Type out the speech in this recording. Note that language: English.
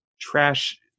trash